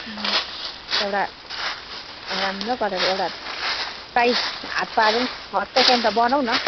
एउटा राम्रो गरेर एउटा प्राइज हात पारौँ फर्स्ट सेकेन्ड त बनाउ न